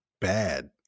bad